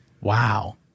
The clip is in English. Wow